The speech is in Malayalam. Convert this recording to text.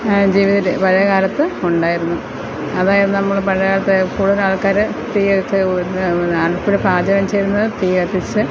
ജീവിത പഴയകാലത്ത് ഉണ്ടായിരുന്നു അതായത് നമ്മൾ പഴയകാലത്ത് കൂടുതൽ ആൾക്കാർ തീയൊക്കെ ഊതി അടുപ്പിൽ പാചകം ചെയ്തിരുന്നത് തീ കത്തിച്ച്